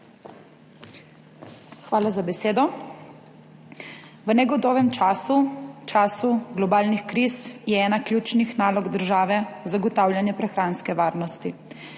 Hvala za besedo. V negotovem času, času globalnih kriz, je ena ključnih nalog države zagotavljanje prehranske varnosti.